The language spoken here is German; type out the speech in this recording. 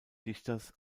dichters